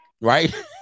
Right